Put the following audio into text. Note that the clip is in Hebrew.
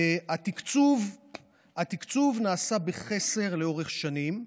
התקצוב נעשה בחסר לאורך שנים,